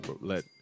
let